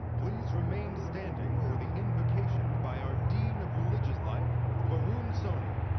please remain standing for the invocation by our dean of religious life, varun soni.